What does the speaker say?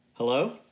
Hello